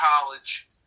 college